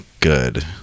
good